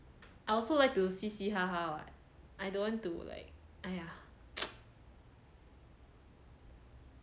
I also like to 嘻嘻哈哈 what I don't want to like !aiya!